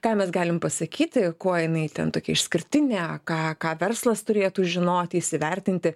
ką mes galim pasakyti kuo jinai ten tokia išskirtinė ką ką verslas turėtų žinoti įsivertinti